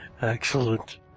Excellent